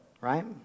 Right